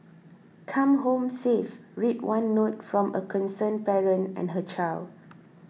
come home safe read one note from a concerned parent and her child